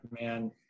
man